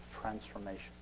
transformation